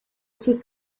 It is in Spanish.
sus